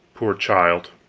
poor child!